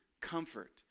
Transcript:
comfort